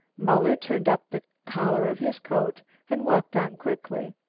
muller turned up the collar of his coat and walked on quickly.